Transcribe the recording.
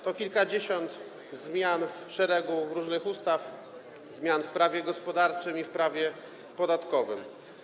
To kilkadziesiąt zmian w szeregu różnych ustaw, zmian w prawie gospodarczym i w prawie podatkowym.